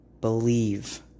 believe